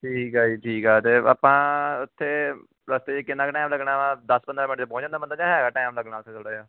ਠੀਕ ਆ ਜੀ ਠੀਕ ਆ ਅਤੇ ਆਪਾਂ ਉੱਥੇ ਰਸਤੇ 'ਚ ਕਿੰਨਾ ਕੁ ਟਾਈਮ ਲੱਗਣਾ ਵਾ ਦਸ ਪੰਦਰਾਂ ਮਿੰਟ 'ਚ ਪਹੁੰਚ ਜਾਂਦਾ ਬੰਦਾ ਜਾਂ ਹੈਗਾ ਟਾਈਮ ਲੱਗਣਾ ਉੱਥੇ ਥੋੜ੍ਹਾ ਜਿਹਾ